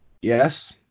Yes